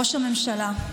ראש הממשלה,